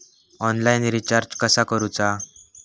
Online recharge कसा करूचा?